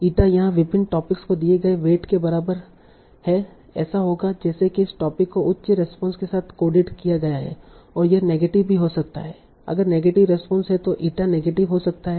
ईटा यहाँ विभिन्न टॉपिक्स को दिए गए वेट के बराबर है ऐसा होगा जैसे कि इस टोपिक को उच्च रेस्पोंस के साथ कोडित किया गया है और यह नेगेटिव भी हो सकता है अगर नेगेटिव रेस्पोंस है तो इटा नेगेटिव हो सकता है